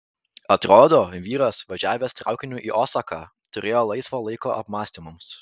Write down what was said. atrodo vyras važiavęs traukiniu į osaką turėjo laisvo laiko apmąstymams